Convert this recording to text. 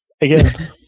Again